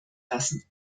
lassen